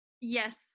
Yes